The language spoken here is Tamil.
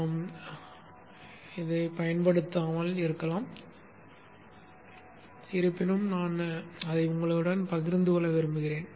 நாம் இதைப் பயன்படுத்தாமல் இருக்கலாம் இருப்பினும் நான் அதை உங்களுடன் பகிர்ந்து கொள்ள விரும்புகிறேன்